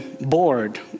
bored